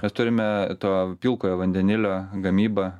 mes turime to pilkojo vandenilio gamybą